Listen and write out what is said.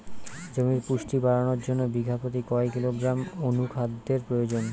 জমির পুষ্টি বাড়ানোর জন্য বিঘা প্রতি কয় কিলোগ্রাম অণু খাদ্যের প্রয়োজন?